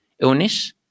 Illness